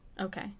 Okay